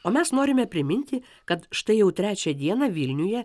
o mes norime priminti kad štai jau trečią dieną vilniuje